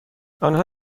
آنها